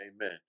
amen